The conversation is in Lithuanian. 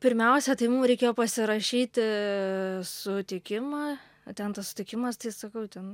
pirmiausia tai mum reikėjo pasirašyti sutikimą patiento sutikimas tai sakau ten